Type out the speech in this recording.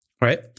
right